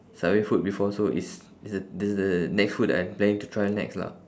subway food before so it's it's the it's the next food that I'm planning to try next lah